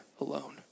alone